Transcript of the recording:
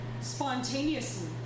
spontaneously